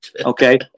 Okay